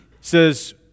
says